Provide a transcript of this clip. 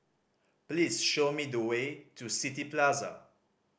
please show me the way to City Plaza